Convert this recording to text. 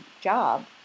job